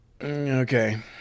Okay